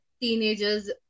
teenagers